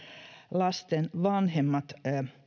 lasten vanhemmat